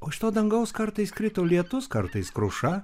o iš to dangaus kartais krito lietus kartais kruša